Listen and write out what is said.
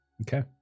Okay